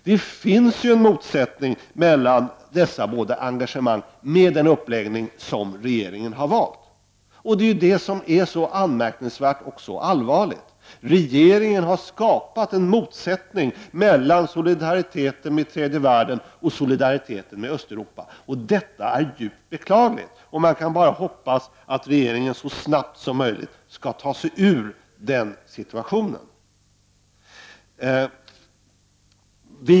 Det finns en motsättning mellan dessa båda engagemang, med den uppläggning som regeringen har valt. Detta är anmärkningsvärt och allvarligt. Regeringen har skapat en motsättning mellan solidaritet med tredje världen och solidaritet med Östeuropa. Detta är djupt beklagligt. Man kan bara hoppas att regeringen så snabbt som möjligt skall ta sig ur den situationen.